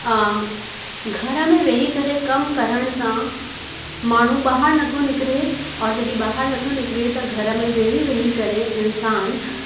घर में वेही करे कम करण सां माण्हू ॿाहिरि नथो निकिरे और जॾहिं ॿाहिरि नथो निकिरे त घर में वेही वेही करे इंसान